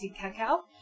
cacao